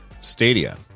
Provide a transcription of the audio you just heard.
stadia